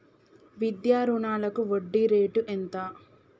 విద్యా రుణాలకు వడ్డీ రేటు ఎంత?